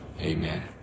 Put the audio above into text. Amen